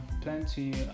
plenty